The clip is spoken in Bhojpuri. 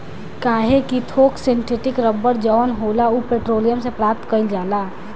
काहे कि थोक सिंथेटिक रबड़ जवन होला उ पेट्रोलियम से प्राप्त कईल जाला